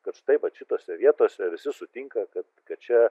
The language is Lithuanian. kad štai va šitose vietose visi sutinka kad kad čia